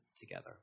together